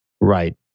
Right